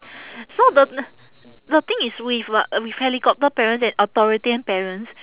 so the the thing is with uh with helicopter parents and authoritarian parents